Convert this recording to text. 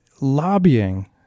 lobbying